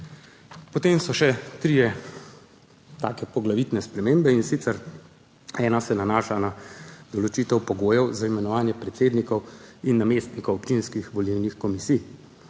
Potem so še tri take poglavitne spremembe. Ena se nanaša na določitev pogojev za imenovanje predsednikov in namestnikov občinskih volilnih komisij.